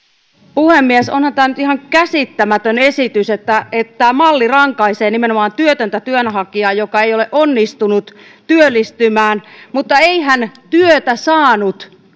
puhemies onhan tämä nyt ihan käsittämätön esitys että että tämä malli rankaisee nimenomaan työtöntä työnhakijaa joka ei ole onnistunut työllistymään mutta eihän työtä saanut